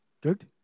Good